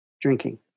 drinking